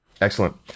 Excellent